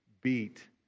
beat